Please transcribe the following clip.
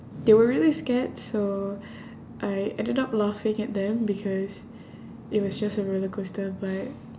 they were really scared so I ended up laughing at them because it was just a roller coaster but